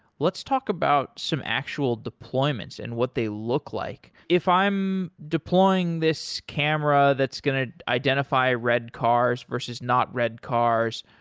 let's talk about some actual deployments and what they look like. if i am deploying this camera that's going to identify red cars versus not read cars,